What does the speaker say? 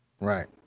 Right